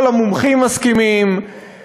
כל המומחים מסכימים,